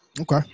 Okay